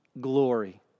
glory